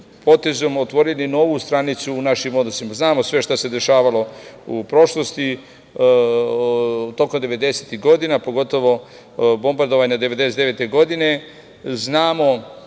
potezom otvorili novu stranicu u našim odnosima. Znamo sve šta se dešavalo u prošlosti tokom 90-ih godina, pogotovo bombardovanje 1999. godine, znamo